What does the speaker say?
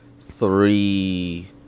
three